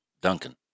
duncan